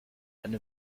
eine